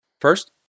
First